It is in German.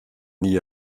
nie